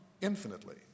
infinitely